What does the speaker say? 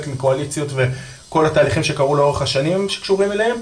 מקואליציות וכל התהליכים שקרו לאורך השנים שקשורים אליהם,